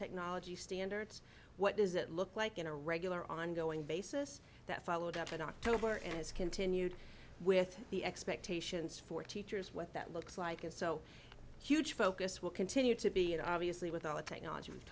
technology standards what does that look like in a regular ongoing basis that followed up in october and has continued with the expectations for teachers what that looks like is so huge focus will continue to be and obviously with all the technology we've